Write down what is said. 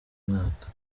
mwaka